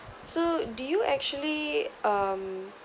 so do you actually um